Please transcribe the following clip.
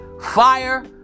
fire